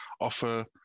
offer